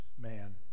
man